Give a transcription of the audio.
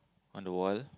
on the wall